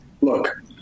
Look